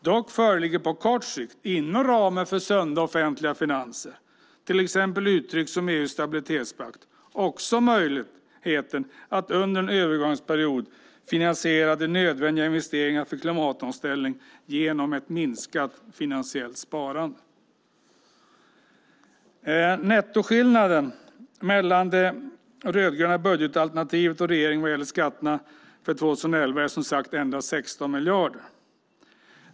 Dock föreligger på kort sikt inom ramen för sunda offentliga finanser, till exempel uttryckt som EU:s stabilitetspakt, också möjligheten att under en övergångsperiod finansiera de nödvändiga investeringarna för klimatomställning genom ett minskat finansiellt sparande. Nettoskillnaden mellan det rödgröna budgetalternativet och regeringens budgetproposition vad gäller skatterna är som sagt endast 16 miljarder.